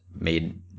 made